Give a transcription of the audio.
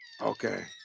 Okay